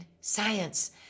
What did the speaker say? science